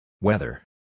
Weather